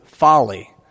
Folly